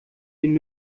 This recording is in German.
den